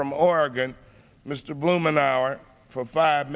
from oregon mr bloom an hour for five